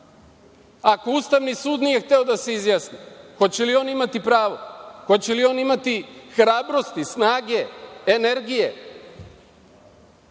Ako Ustavni sud nije hteo da se izjasni, hoće li oni imati pravo? Hoće li oni imati hrabrosti, snage, energije? Dakle,